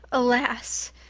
alas,